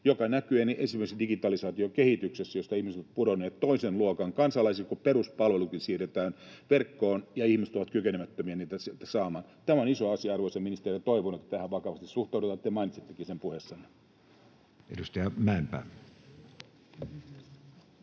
joka näkyy esimerkiksi digitalisaatiokehityksessä, josta ihmiset ovat pudonneet toisen luokan kansalaisiksi, kun peruspalvelukin siirretään verkkoon ja ihmiset ovat kykenemättömiä niitä sitten saamaan. Tämä on iso asia, arvoisa ministeri, ja toivon, että tähän vakavasti suhtaudutaan. Te mainitsittekin sen puheessanne. [Speech